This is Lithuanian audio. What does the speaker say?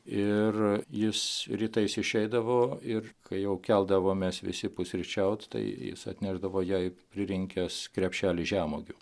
ir jis rytais išeidavo ir kai jau keldavomės visi pusryčiaut tai jis atnešdavo jai pririnkęs krepšelį žemuogių